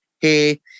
hey